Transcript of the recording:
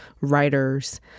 writers